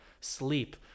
sleep